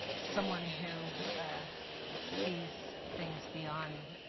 someone who sees things beyond